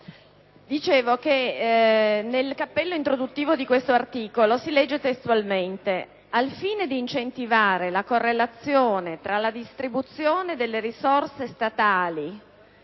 *(IdV)*. Nel cappello introduttivo di questo articolo si legge: «Al fine di incentivare la correlazione tra la distribuzione delle risorse statali